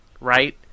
right